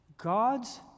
God's